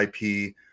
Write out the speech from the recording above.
IP